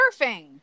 Surfing